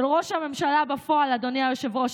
של ראש הממשלה בפועל, אדוני היושב-ראש.